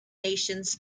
nations